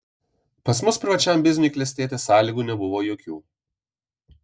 pas mus privačiam bizniui klestėti sąlygų nebuvo jokių